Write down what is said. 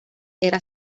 era